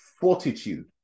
fortitude